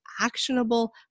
actionable